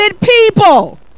people